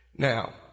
Now